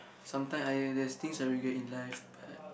sometimes !aiya! there's things I regret in life but